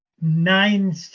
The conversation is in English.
nine